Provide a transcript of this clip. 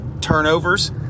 turnovers